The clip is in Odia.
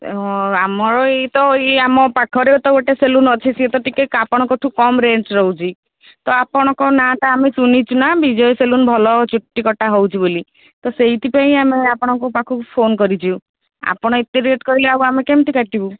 ତେଣୁ ଆମର ଇଏ ତ ଏଇ ଆମ ପାଖରେ ତ ଗୋଟେ ସେଲୁନ୍ ଅଛି ସିଏ ତ ଟିକିଏ ଆପଣଙ୍କଠାରୁ କମ ରେଞ୍ଜରେ ରହୁଛି ତ ଆପଣଙ୍କ ନାଁଟା ଆମେ ଶୁଣିଛୁ ନା ବିଜୟ ସେଲୁନ୍ ଭଲ ଚୁଟିକଟା ହେଉଛି ବୋଲି ତ ସେଇଥିପାଇଁ ଆମେ ଆପଣଙ୍କ ପାଖକୁ ଫୋନ୍ କରିଛୁ ଆପଣ ଏତେ ରେଟ୍ କହିଲେ ଆଉ ଆମେ କେମତି କାଟିବୁ